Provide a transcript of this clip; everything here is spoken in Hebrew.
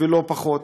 ולא פחות,